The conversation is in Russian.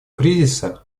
кризиса